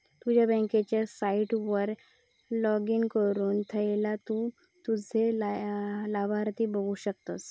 तुझ्या बँकेच्या साईटवर लाॅगिन करुन थयना तु तुझे लाभार्थी बघु शकतस